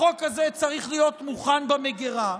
החוק הזה צריך להיות מוכן במגירה,